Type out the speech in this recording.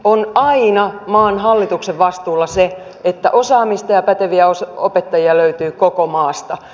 on aina maan hallituksen vastuulla se että osaamista ja päteviä opettajia löytyy koko maasta